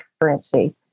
currency